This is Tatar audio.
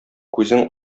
күзең